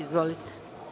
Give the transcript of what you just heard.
Izvolite.